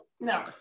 no